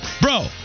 bro